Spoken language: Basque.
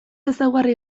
ezaugarri